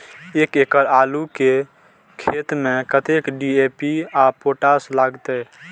एक एकड़ आलू के खेत में कतेक डी.ए.पी और पोटाश लागते?